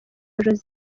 joseph